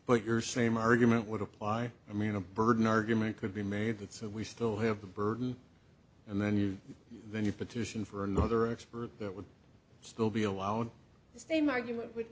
but your same argument would apply i mean a burden argument could be made that so we still have the burden and then you then you petition for another expert that would still be allowed the same argument w